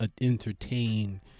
entertain